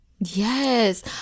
Yes